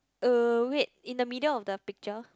uh wait in the middle of the picture